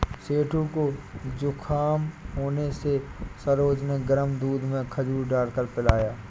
सेठू को जुखाम होने से सरोज ने गर्म दूध में खजूर डालकर पिलाया